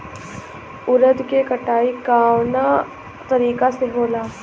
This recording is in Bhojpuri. उरद के कटाई कवना तरीका से होला?